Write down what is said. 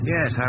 Yes